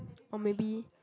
or maybe